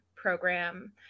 program